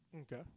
Okay